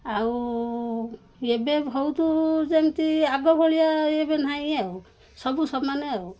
ଆଉ ଏବେ ବହୁତ ଯେମିତି ଆଗ ଭଳିଆ ଏବେ ନାହିଁ ଆଉ ସବୁ ସମାନେ ଆଉ